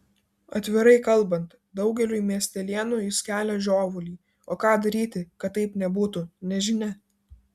atvirai kalbant daugeliui miestelėnų jis kelia žiovulį o ką daryti kad taip nebūtų nežinia